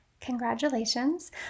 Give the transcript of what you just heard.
congratulations